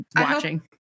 watching